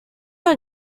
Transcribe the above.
are